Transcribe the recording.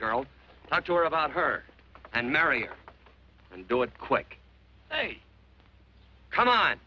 girl talk to her about her and mary and do it quick hey come on